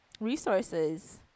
resources